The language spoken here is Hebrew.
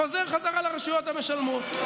חוזר חזרה לרשויות המשלמות.